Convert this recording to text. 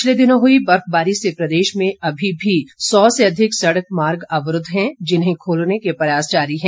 पिछले दिनों हुई बर्फबारी से प्रदेश में अभी भी सौ से अधिक सड़क मार्ग अवरूद्व हैं जिन्हें खोलने के प्रयास जारी है